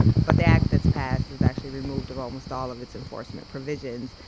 but the act that's passed is actually removed of almost all of its enforcement provisions.